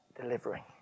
delivering